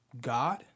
God